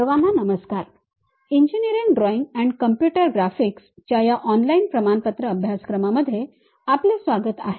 सर्वांना नमस्कार engineering drawing and computer graphics च्या या ऑनलाईन प्रमाणपत्र अभ्यासक्रमामध्ये आपले स्वागत आहे